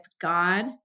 God